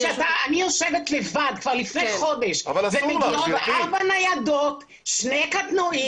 אני יושבת לבד כבר לפני חודש ומגיעות ארבע ניידות ושני קטנועים.